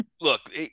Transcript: look